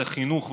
זה חינוך,